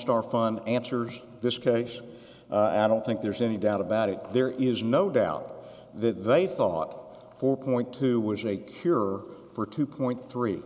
star fun answers this case i don't think there's any doubt about it there is no doubt that they thought four point two was a cure for two point three